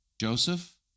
Joseph